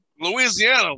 Louisiana